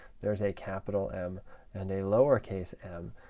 there's a capital m and a lower case m.